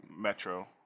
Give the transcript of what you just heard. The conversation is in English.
Metro